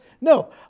No